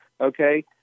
Okay